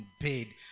paid